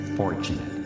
fortunate